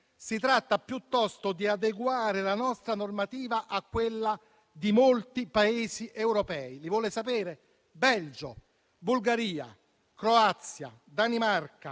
Si tratta, piuttosto, di adeguare la nostra normativa a quella di molti Paesi europei. Li vuole conoscere? Belgio, Bulgaria, Croazia, Danimarca,